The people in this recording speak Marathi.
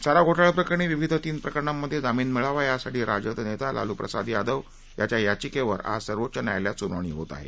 चारा घोटाळा प्रकरणी विविध तीन प्रकरणांमधे जामिन मिळावा यासाठी राजद नेता लालूप्रसाद यादव यांच्या याचिकेवर आज सर्वोच्च न्यायालयात सुनावणी होत आहे